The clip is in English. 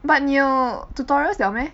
but 你有 tutorials liao meh